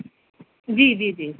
جی جی جی